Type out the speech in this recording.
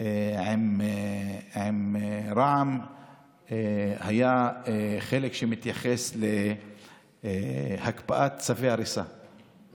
עם רע"מ היה חלק שמתייחס להקפאת צווי הריסה, נכון.